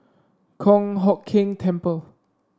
Kong Hock Keng Temple